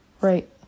right